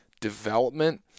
development